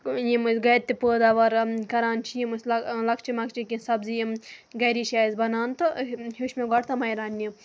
یِم أسۍ گَرِ تہِ پٲداوار کَران چھِ یِم أسۍ لَکچہِ مَکچہِ کینٛہہ سبزی یِم گَرے چھِ اَسہِ بَنان تہٕ ہیوٚچھ مےٚ گۄڈٕ تِمَے رنںہِ